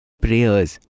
prayers